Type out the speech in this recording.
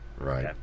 Right